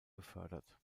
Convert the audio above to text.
befördert